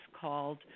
called